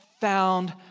found